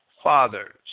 fathers